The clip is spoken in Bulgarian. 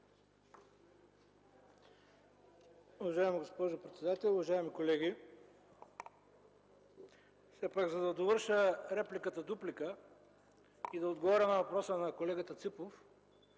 Уважаема госпожо председател, уважаеми колеги! За да довърша репликата дуплика и да отговоря на въпроса на колегата Ципов,